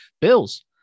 bills